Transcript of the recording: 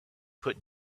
put